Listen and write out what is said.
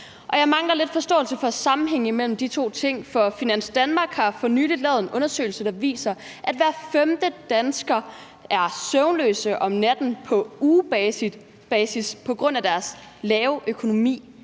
Jeg mangler lidt forståelse for sammenhængen mellem de to ting. For Finans Danmark har for nylig lavet en undersøgelse, der viser, at hver femte dansker er søvnløs om natten på ugebasis på grund af deres dårlige økonomi.